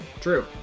True